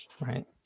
Right